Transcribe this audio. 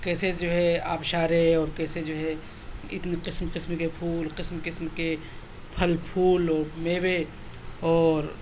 کیسے جو ہے آبشارے اور کیسے جو ہے اتنے قسم قسم کے پھول قسم قسم کے پھل پھول اور میوے اور